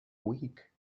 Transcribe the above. week